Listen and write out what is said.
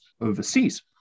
overseas